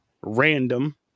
random